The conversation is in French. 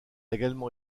également